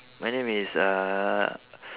my name is uh